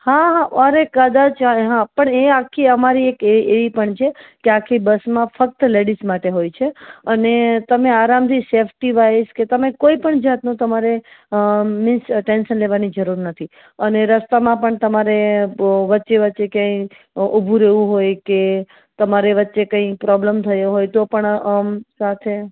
હા હા ઓર એ કદાચ ચાલે હા પણ એ આખી અમારી એક એ પણ છે કે આખી બસમાં ફક્ત લેડિસ માટે હોય છે અને તમે આરામથી સેફટી વાઇસ કે તમે કોઈપણ જાતનું તમારે મિસ ટૈન્શન લેવાની જરૂર નથી અને રસ્તામાં પણ તમારે વચ્ચે વચ્ચે કયાય ઊભું રહેવું હોય કે તમારે વચ્ચે કંઈ પ્રોબ્લમ થયો હોય તો પણ સાથે